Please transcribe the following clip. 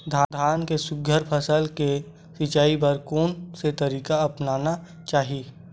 धान के सुघ्घर फसल के सिचाई बर कोन से तरीका अपनाना चाहि?